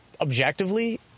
objectively